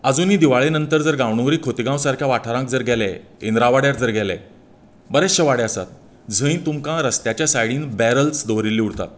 आजुनी दिवाळे नंतर जर गांवडोंगरी खोतीगांव सारक्या वाठारांत जर गेलें इंद्रावाड्यार जर गेले बरेंचशें वाडें आसा जंय तुमकां रस्त्याच्या सायडन बॅरल्स दवरिल्ली उरतां